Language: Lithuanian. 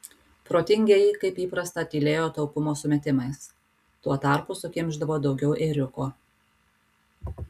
protingieji kaip įprasta tylėjo taupumo sumetimais tuo tarpu sukimšdavo daugiau ėriuko